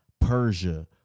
Persia